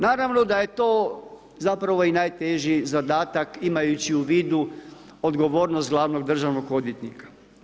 Naravno da je to zapravo i najteži zadatak imajući u vidu odgovornost glavnog državnog odvjetnika.